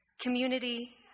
community